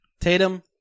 Tatum